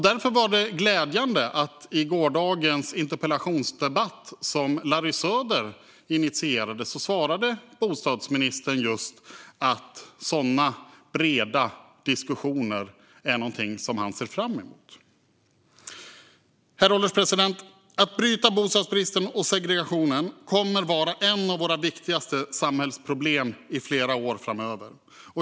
Därför var det glädjande att bostadsministern i gårdagens interpellationsdebatt som Larry Söder hade initierat svarade att han ser fram emot sådana breda diskussioner. Herr ålderspresident! Att lösa bostadsbristen och bryta segregationen kommer att vara en av våra viktigaste samhällsutmaningar i flera år framöver.